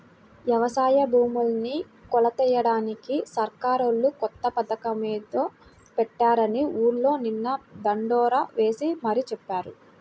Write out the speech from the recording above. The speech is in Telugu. యవసాయ భూముల్ని కొలతలెయ్యడానికి సర్కారోళ్ళు కొత్త పథకమేదో పెట్టారని ఊర్లో నిన్న దండోరా యేసి మరీ చెప్పారు